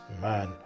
man